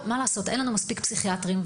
אבל אין לנו מספיק פסיכיאטריים,